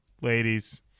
ladies